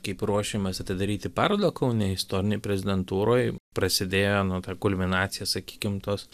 kaip ruošėmės atidaryti parodą kaune istorinėj prezidentūroj prasidėjo nu ta kulminacija sakykim tos